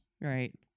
right